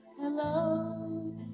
hello